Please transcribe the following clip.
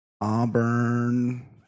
Auburn